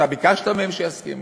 אתה ביקשת מהם שיסכימו?